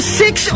six